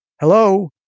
hello